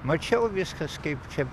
mačiau viskas kaip čia